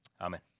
amen